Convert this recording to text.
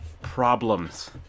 problems